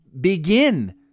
begin